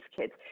kids